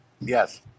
Yes